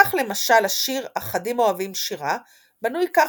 כך למשל השיר אחדים אוהבים שירה בנוי כך